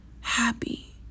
happy